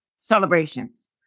celebrations